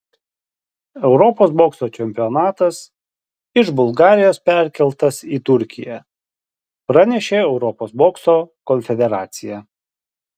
europos bokso čempionatas iš bulgarijos perkeltas į turkiją pranešė europos bokso konfederacija